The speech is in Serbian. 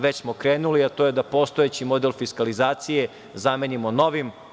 Već smo krenuli, a to je da postojeći model fiskalizacije zamenimo novim.